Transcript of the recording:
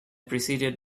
preceded